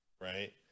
right